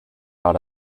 out